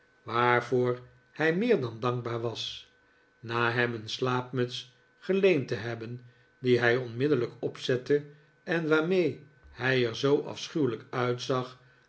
waarvoor hij meer dan dankbaar was na hem een slaapmuts geleend te hebben die hij onmiddellijk opzette en waarmee hij er zoo afschuwelijk uitzag